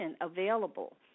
available